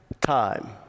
time